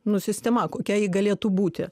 nu sistema kokia ji galėtų būti